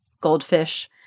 Goldfish